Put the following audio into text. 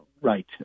right